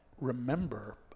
remember